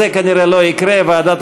עוד פעם ועוד פעם.